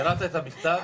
קראת את המכתב?